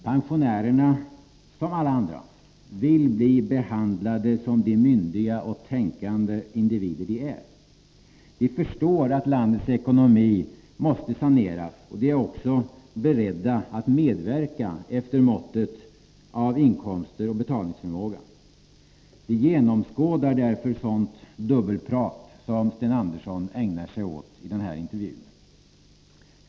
Pensionärerna, som alla andra, vill bli behandlade som de myndiga och tänkande individer de är. De förstår att landets ekonomi måste saneras, och de är också beredda att medverka efter måttet av inkomster och betalningsförmåga. De genomskådar sådant ”dubbelprat” som Sten Andersson ägnar sig åt i den här intervjun.